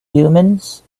humans